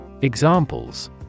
Examples